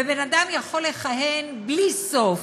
ובן אדם יכול לכהן בלי סוף.